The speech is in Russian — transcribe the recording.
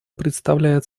представляет